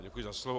Děkuji za slovo.